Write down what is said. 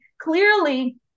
clearly